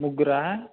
ముగ్గురా